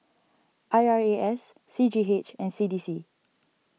I R A S C G H and C D C